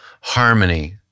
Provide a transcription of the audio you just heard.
harmony